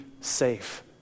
safe